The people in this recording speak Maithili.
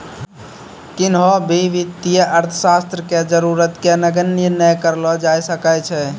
किन्हो भी वित्तीय अर्थशास्त्र के जरूरत के नगण्य नै करलो जाय सकै छै